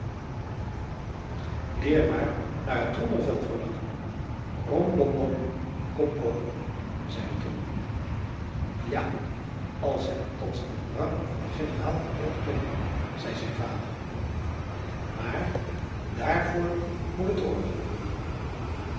leer maar naar het trommelvel verlangen rom bom bom kom kom zei de trommel ja als hij tot den rang van generaal kon opklimmen zei zijn vader maar daarvoor moet het oorlog worden